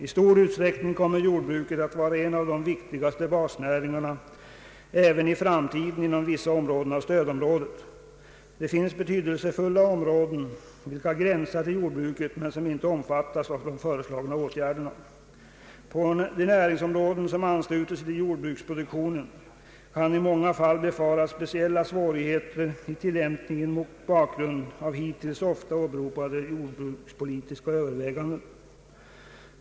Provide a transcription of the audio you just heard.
I stor utsträckning kommer jordbruket att vara en av de viktigaste basnäringarna även i framtiden inom vissa delar av stödområdet. Det finns betydelsefulla områden vilka gränsar till jordbruket men som inte omfattas av de föreslagna stödåtgärderna. På de näringsområden som ansluter sig till jordbruksproduktionen kan i många fall befaras speciella svårigheter i tillämpningen mot bakgrund av hittills ofta åberopade jordbrukspolitiska överväganden.